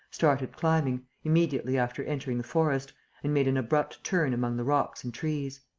started climbing, immediately after entering the forest and made an abrupt turn among the rocks and trees.